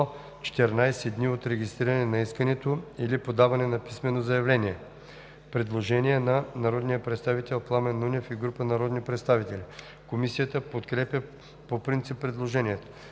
14 дни от регистриране на искането или подаване на писменото заявление“.“ Предложение на народния представител Пламен Нунев и група народни представители. Комисията подкрепя по принцип предложението.